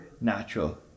natural